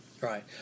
Right